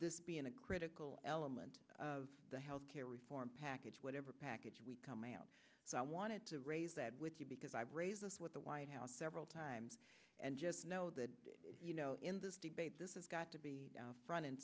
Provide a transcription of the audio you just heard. this being a critical element of the health care reform package whatever package we come out so i wanted to raise that with you because i raise this with the white house several times and just know that you know in this debate this has got to be front and